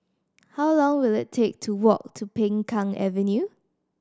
how long will it take to walk to Peng Kang Avenue